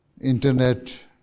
internet